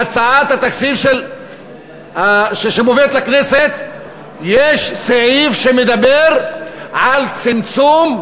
בהצעת התקציב שמובאת לכנסת יש סעיף שמדבר על צמצום,